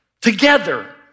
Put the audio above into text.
together